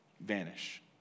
vanish